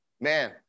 Man